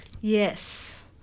Yes